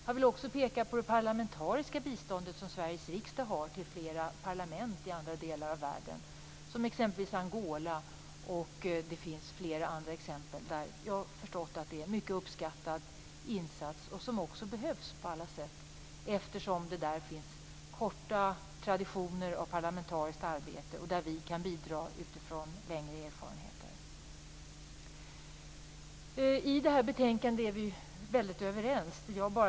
Jag vill också peka på det parlamentariska biståndet som Sveriges riksdag har till flera parlament i andra delar av världen. Det gäller t.ex. Angola. Det finns flera andra länder där jag har förstått att det är en mycket uppskattad insats som också behövs på alla sätt, eftersom det där finns korta traditioner av parlamentariskt arbete. Vi kan där bidra utifrån längre erfarenheter. I detta betänkande är vi väldigt överens.